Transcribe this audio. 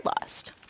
lost